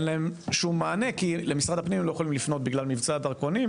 אין להם שום מענה כי למשרד הפנים הם לא יכולים לפנות בגל מבצע הדרכונים,